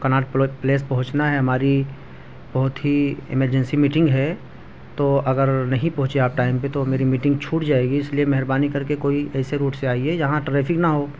Connaught Place پہنچنا ہے ہماری بہت ہی ایمرجنسی میٹنگ ہے تو اگر نہیں پہنچے آپ ٹائم پہ تو میری میٹنگ چھوٹ جائے گی اس لیے مہربانی کر کے کوئی ایسے روٹ سے آئیے جہاں ٹریفک نہ ہو